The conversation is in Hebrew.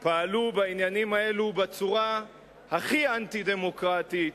פעלו בעניינים האלו בצורה הכי אנטי-דמוקרטית,